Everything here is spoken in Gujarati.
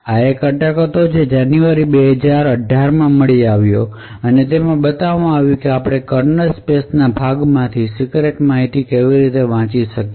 આ એક એટેક હતો જે જાન્યુઆરી 2018 માં મળી આવ્યો હતો અને તેમાં બતાવ્યું કે આપણે કર્નલ સ્પેસના ભાગોમાંથી સીક્રેટ માહિતી કેવી રીતે વાંચી શકીએ